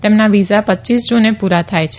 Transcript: તેમના વિઝા પચ્યીસ જુને પુરા થાય છે